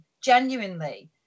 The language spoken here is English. genuinely